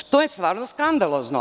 To je stvarno skandalozno.